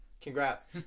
Congrats